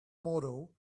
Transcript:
model